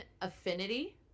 affinity